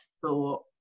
thought